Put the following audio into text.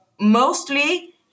Mostly